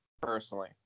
personally